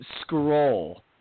scroll